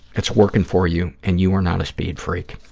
it's working for you, and you are not a speed freak.